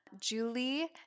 Julie